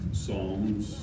psalms